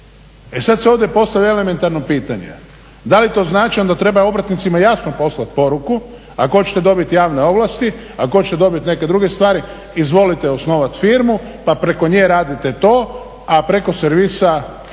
E sad se ovdje postavlja elementarno pitanje, da li to znači, onda treba obrtnicima jasno poslat poruku ako hoćete dobiti javne ovlasti, ako hoćete dobiti neke druge stvari izvolite osnovati firmu pa preko nje radite to, a preko servisa